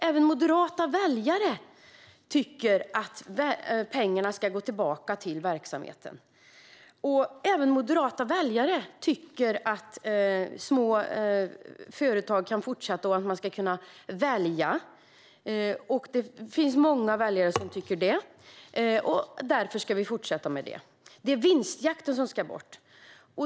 Även moderata väljare tycker att pengarna ska gå tillbaka till verksamheten och att små företag kan fortsätta och att man ska kunna välja. Det finns många väljare som tycker detta, och därför ska vi fortsätta med det. Det är vinstjakten som ska bort.